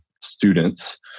students